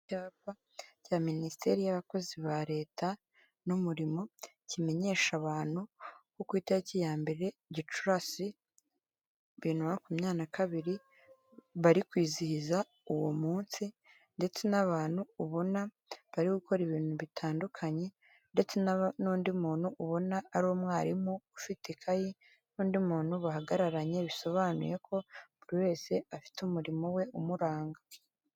Ibyapa cya Minisiteri y’abakozi ba leta n’umurimo kimenyesha abantu uko itariki ya mbere Gicurasi, bibiri na makumyabiri na kabiri, bari kwizihiza uwo munsi, ndetse n’abantu ubona bari gukora ibintu bitandukanye. Ndetse n’undi muntu ubona ari umwarimu ufite ikayi, n’undi muntu bahagararanye, bisobanuye ko buri wese afite umurimo we umuranga.